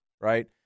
right